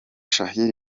shassir